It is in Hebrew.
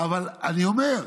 אבל אני אומר,